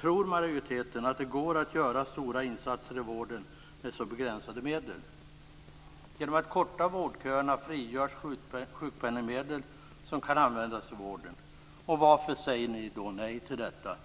Tror majoriteten att det går att göra stora insatser i vården med så begränsade medel? Genom att korta vårdköerna frigörs sjukpenningsmedel som kan användas i vården. Varför säger ni nej till detta?